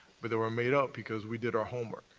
but they were made up because we did our homework,